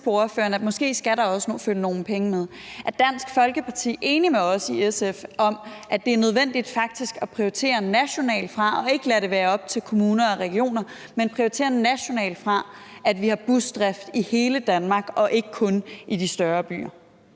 nogle penge med. Så vil jeg gerne høre: Er Dansk Folkeparti enig med os i SF om, at det er nødvendigt faktisk at prioritere fra nationalt hold og ikke lade det være op til kommuner og regioner, men altså prioritere fra nationalt hold, at vi har busdrift i hele Danmark og ikke kun i de større byer?